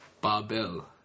Barbell